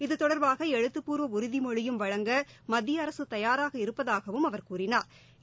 இது தொடர்பாக எழுத்துப்பூர்வ உறுதிமொழியும் வழங்க மத்திய அரசு தயாராகஇ ருப்பதாகவும் அவர் கூறினாள்